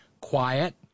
quiet